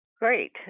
Great